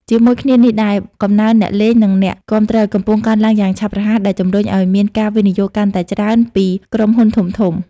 ជាមួយគ្នានេះដែរ កំណើនអ្នកលេង និងអ្នកគាំទ្រ កំពុងកើនឡើងយ៉ាងឆាប់រហ័ស ដែលជំរុញឱ្យមានការវិនិយោគកាន់តែច្រើនពី ក្រុមហ៊ុនធំៗ។